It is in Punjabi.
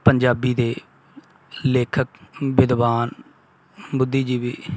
ਪੰਜਾਬੀ ਦੇ ਲੇਖਕ ਵਿਦਵਾਨ ਬੁੱਧੀਜੀਵੀ